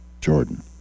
jordan